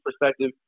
perspective